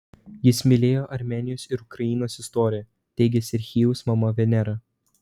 jis mylėjo armėnijos ir ukrainos istoriją teigia serhijaus mama venera